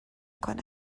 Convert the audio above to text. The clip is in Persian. کند